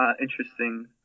interesting